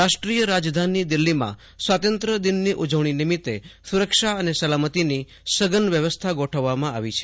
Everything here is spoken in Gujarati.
રાષ્ટ્રીય રાજવાની દિલ્હીમાં સ્વાતંત્ર્ય દિનની ઉજવણી નિમિત્તે જડબેસલાક સલામતી વ્યવસ્થા ગોઠવવામાં આવી છે